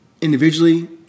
individually